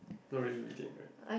not really reading right